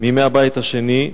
מימי הבית השני,